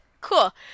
cool